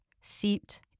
seeped